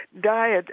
diet